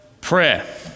prayer